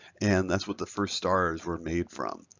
and that's what the first stars were made from.